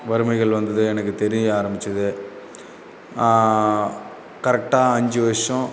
வறுமைகள் வந்தது எனக்கு தெரிய ஆரம்பித்தது கரெக்ட்டாக அஞ்சு வருஷம்